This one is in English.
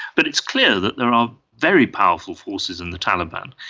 but it's clear that there are very powerful forces in the taliban.